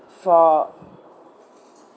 for